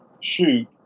shoot